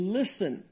listen